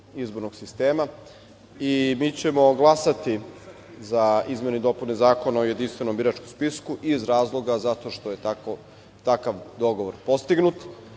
izbornog sistema. Mi ćemo glasati za izmene i dopune Zakona o jedinstvenom biračkom spisku iz razloga zato što je takav dogovor postignut. Smatramo